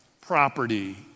Property